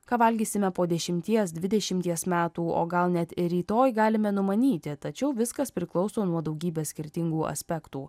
ką valgysime po dešimties dvidešimties metų o gal net ir rytoj galime numanyti tačiau viskas priklauso nuo daugybės skirtingų aspektų